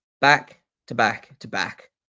back-to-back-to-back